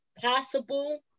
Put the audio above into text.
possible